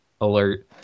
alert